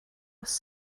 was